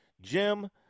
Jim